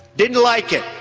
didn't like it.